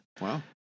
Wow